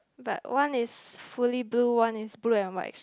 but one is fully blue one is blue and white stripe